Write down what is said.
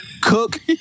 Cook